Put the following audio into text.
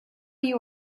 you